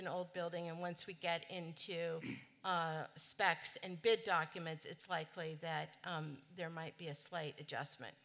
an old building and once we get into specs and bid documents it's likely that there might be a slight adjustment